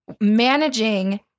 managing